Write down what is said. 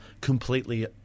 completely